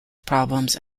problems